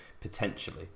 potentially